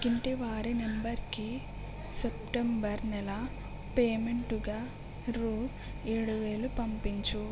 పక్కింటివారి నంబరుకి సెప్టెంబర్ నెల పేమెంటుగా రూ ఏడువేలు పంపించు